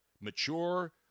mature